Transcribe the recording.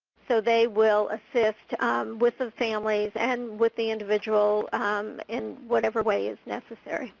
so they will assist with the families and with the individual in whatever way is necessary